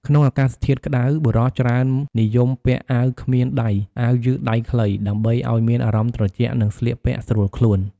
ក្នុងអាកាសធាតុក្ដៅ បុរសច្រើននិយមពាក់អាវគ្មានដៃអាវយឺតដៃខ្លី ដើម្បីឱ្យមានអារម្មណ៍ត្រជាក់និងស្លៀកពាក់ស្រួលខ្លួន។